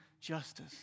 justice